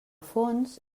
fons